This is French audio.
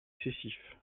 excessif